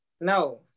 no